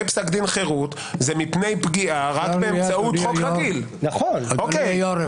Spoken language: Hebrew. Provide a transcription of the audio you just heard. פסק דין חירות זה מפני פגיעה רק --- אדוני היושב-ראש,